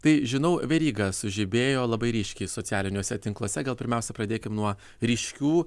tai žinau veryga sužibėjo labai ryškiai socialiniuose tinkluose gal pirmiausia pradėkim nuo ryškių